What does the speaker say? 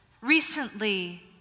recently